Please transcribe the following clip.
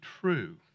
true